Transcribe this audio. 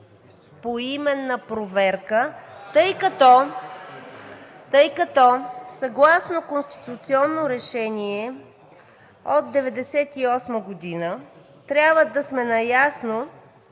поименна проверка, тъй като съгласно Конституционно решение № 25 от 1998 г. трябва да сме наясно